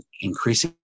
increasing